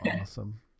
awesome